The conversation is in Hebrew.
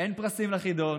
אין פרסים בחידון.